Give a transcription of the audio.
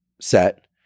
set